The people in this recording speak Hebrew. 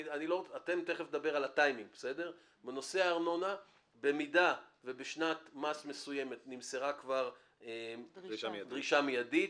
ותיכף נדבר על הטיימינג אם בשנת מס מסוימת נמסרה כבר דרישה מידית,